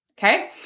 Okay